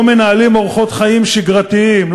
לא מנהלים אורחות חיים שגרתיים,